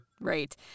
Right